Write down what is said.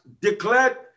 declared